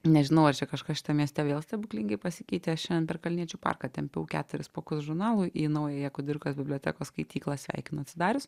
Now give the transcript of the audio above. nežinau ar čia kažkas šitam mieste vėl stebuklingai pasikeitė aš šiandien per kalniečių parką tempiau keturis pokus žurnalų į naująją kudirkos bibliotekos skaityklą sveikinu atsidarius